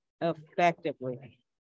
effectively